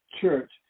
church